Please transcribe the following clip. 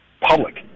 public